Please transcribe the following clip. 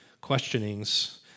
questionings